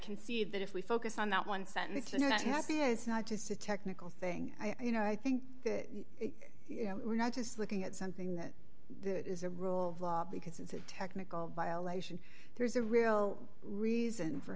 can see that if we focus on that one sentence you know that it's not just a technical thing you know i think that you know we're not just looking at something that is a rule of law because it's a technical violation there's a real reason for